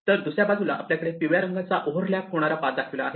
तर दुसऱ्या बाजूला आपल्याकडे पिवळ्या रंगाचा ओवरलॅप होणारा पाथ दाखविला आहे